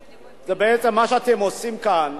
בעצם, מה שאתם עושים כאן,